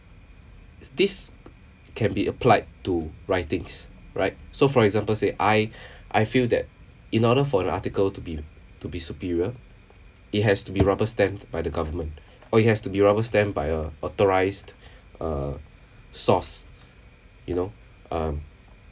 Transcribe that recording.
this can be applied to writings right so for example say I I feel that in order for the article to be to be superior it has to be rubber-stamped by the government or it has to be rubber-stamped by a authorized uh source you know um